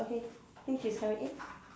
okay think he's coming in